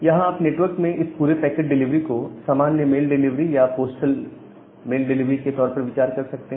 यहां आप नेटवर्क में इस पूरे पैकेट डिलीवरी को सामान्य मेल डिलीवरी या पोस्टल मेल डिलीवरी के तौर पर विचार कर सकते हैं